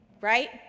right